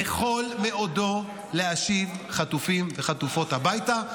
וראש הממשלה רוצה בכל מאודו להשיב חטופים וחטופות הביתה.